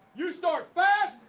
you start fast.